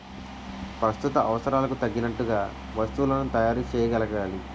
ప్రస్తుత అవసరాలకు తగ్గట్టుగా వస్తువులను తయారు చేయగలగాలి